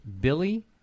Billy